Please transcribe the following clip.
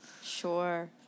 Sure